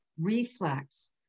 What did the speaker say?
reflex